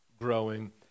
growing